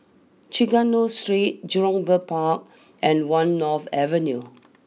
Trengganu Street Jurong Bird Park and one North Avenue